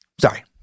Sorry